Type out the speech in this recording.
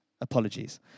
Apologies